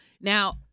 Now